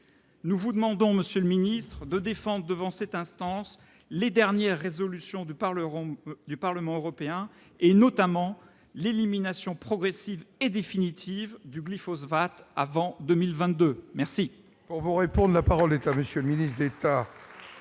Nous vous demandons, monsieur le ministre, de défendre devant cette instance les dernières résolutions du Parlement européen, notamment l'élimination progressive et définitive du glyphosate avant 2022. La parole est à M. le ministre d'État,